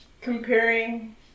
comparing